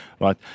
right